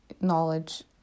knowledge